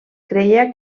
creia